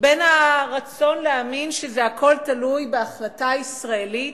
בין הרצון להאמין שזה הכול תלוי בהחלטה ישראלית,